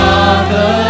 Father